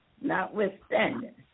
notwithstanding